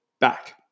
back